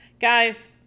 Guys